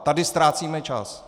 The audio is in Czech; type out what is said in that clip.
Tady ztrácíme čas.